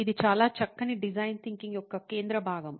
ఇది చాలా చక్కని డిజైన్ థింకింగ్ యొక్క కేంద్ర భాగం